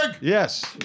Yes